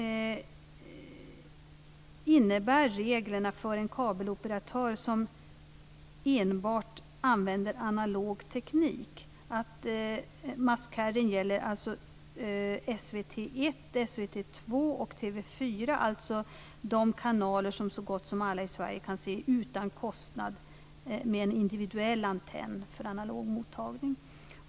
Reglerna för en kabeloperatör som enbart använder analog teknik innebär att must carry-skyldigheten gäller SVT 1, SVT 2 och TV 4, alltså de kanaler som så gott som alla i Sverige kan se utan kostnad med en individuell antenn för analog mottagning.